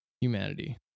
humanity